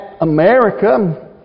America